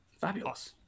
fabulous